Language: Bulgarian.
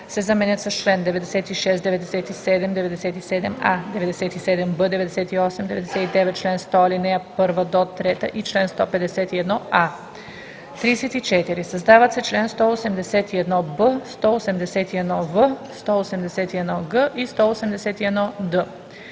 се заменят с „чл. 96, 97, 97а, 97б, 98, 99, чл. 100, ал. 1 – 3 и чл. 151а“. 34. Създават се чл. 181б, 181в, 181г и 181д: